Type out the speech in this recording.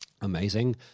amazing